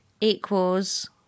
equals